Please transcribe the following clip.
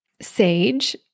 SAGE